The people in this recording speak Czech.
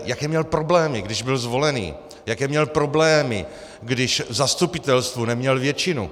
Jaké měl problémy, když byl zvolen, jaké měl problémy, když v zastupitelstvu neměl většinu.